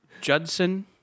Judson